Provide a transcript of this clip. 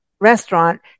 restaurant